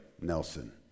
Nelson